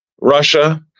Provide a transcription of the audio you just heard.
Russia